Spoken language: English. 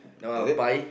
is it